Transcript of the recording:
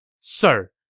Sir